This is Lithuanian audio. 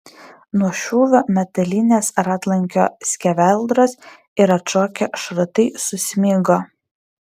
nuo šūvio metalinės ratlankio skeveldros ir atšokę šratai susmigo